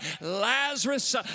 Lazarus